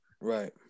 Right